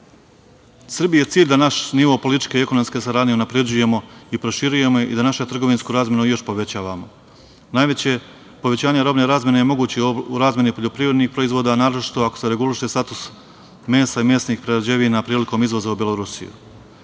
Srbiji je cilj da naš nivo političke i ekonomske saradnje unapređujemo i proširujemo je i da našu trgovinsku razmenu još povećavamo. Najveće povećanje robne razmene je moguće u razmeni poljoprivrednih proizvoda, naročito ako se reguliše status mesa i mesnih prerađevina prilikom izvoza u Belorusiju.